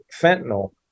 fentanyl